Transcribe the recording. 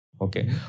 okay